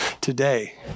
today